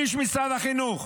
איש משרד החינוך